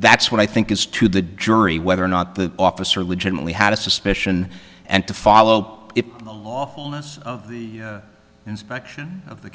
that's what i think is to the jury whether or not the officer legitimately had a suspicion and to follow the lawfulness of the inspection of the